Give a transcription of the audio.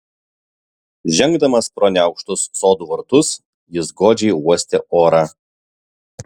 žengdamas pro neaukštus sodų vartus jis godžiai uostė orą